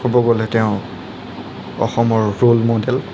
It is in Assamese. ক'ব গ'লে তেওঁ অসমৰ ৰ'ল মডেল